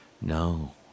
No